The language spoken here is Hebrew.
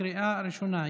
בקריאה ראשונה.